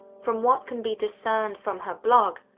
from what can be discerned from her blog,